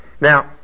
now